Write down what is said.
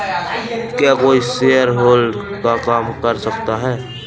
क्या कोई भी शेयरहोल्डर का काम कर सकता है?